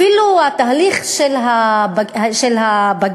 אפילו התהליך של הבגרות,